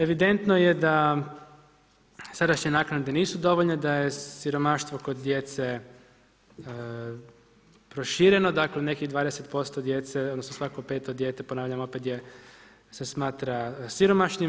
Evidentno je da sadašnje naknade nisu dovoljne, da je siromaštvo kod djece prošireno, dakle nekih 20% djece, odnosno svako peto dijete, ponavljam opet, se smatra siromašnim.